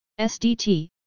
SDT